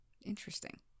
Interesting